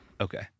Okay